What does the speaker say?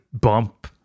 bump